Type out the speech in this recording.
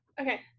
Okay